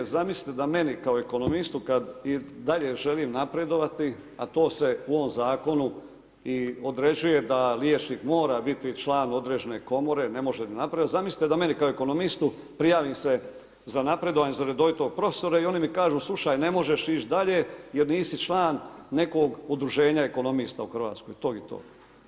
Zamislite da meni kao ekonomistu kad i dalje želim napredovati, a to se u ovom zakonu i određuje da liječnik mora biti član određene komore, ne može napredovat, zamislite da meni kao ekonomistu prijavim se za napredovanje za redovitog profesora i oni mi kažu slušaj ne možeš ići dalje jer nisi član nekog udruženja ekonomista u Hrvatskoj, tog i tog.